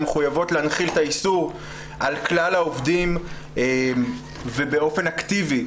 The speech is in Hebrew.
הן מחויבות להנחיל את האיסור על כלל העובדים ובאופן אקטיבי.